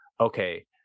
okay